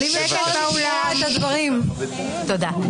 תודה.